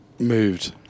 Moved